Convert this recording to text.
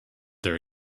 their